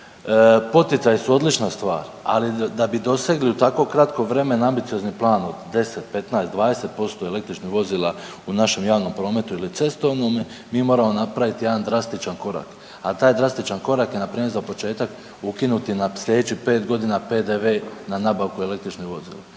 Poticaji su odlična stvar. Ali da bi dosegli u tako kratkom vremenu ambiciozni plan od 10, 15, 20% električnih vozila u našem javnom prometu ili cestovnome mi moramo napraviti jedan drastičan korak, a taj drastičan korak je npr. za početak ukinuti nam sljedećih 5 godina PDV-e na nabavku električnih vozila.